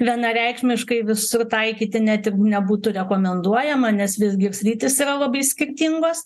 vienareikšmiškai visur taikyti net ir nebūtų rekomenduojama nes visgi sritys yra labai skirtingos